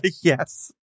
yes